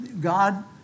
God